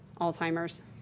Alzheimer's